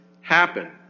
happen